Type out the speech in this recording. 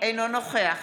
אינו נוכח